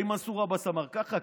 האם מנסור עבאס אמר ככה,